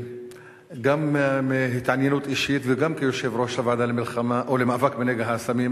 גם מהתעניינות אישית וגם כיושב-ראש הוועדה למאבק בנגע הסמים,